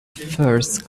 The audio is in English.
first